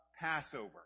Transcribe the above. Passover